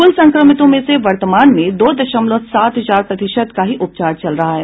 कुल संक्रमितों में से वर्तमान में दो दशमलव सात चार प्रतिशत का ही उपचार चल रहा है